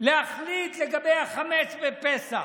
להחליט לגבי החמץ בפסח,